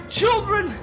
children